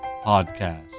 podcast